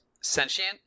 sentient